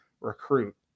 recruit